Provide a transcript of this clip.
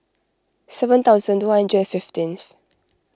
seven thousand two hundred and fifteenth